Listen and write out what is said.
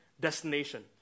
destination